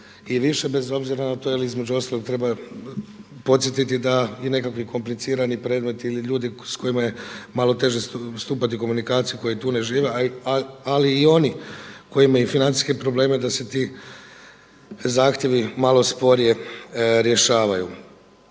i više bez obzira na to jer između ostaloga treba podsjetiti da i nekakvi komplicirani predmeti ili ljudi s kojima je malo teže stupati u komunikaciju koji tu ne žive, ali i oni koji imaju financijske probleme da se ti zahtjevi malo sporije rješavaju.